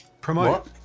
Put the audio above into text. promote